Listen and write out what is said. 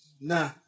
Nah